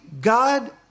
God